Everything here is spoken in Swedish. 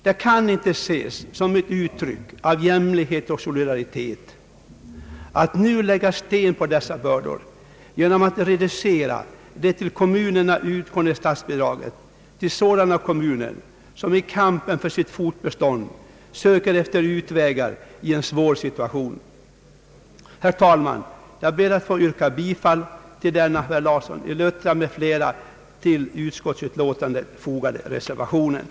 Det kan inte ses som ett uttryck för jämlikhet och solidaritet att nu lägga sten på börda genom att reducera det till kommunerna utgående statsbidraget till sådana kommuner som i kampen för sitt fortbestånd söker efter utvägar i en svår situation. Herr talman! Jag ber att få yrka bifall till den av herr Larsson i Luttra m.fl. avgivna reservationen vid utskottets utlåtande.